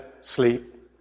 sleep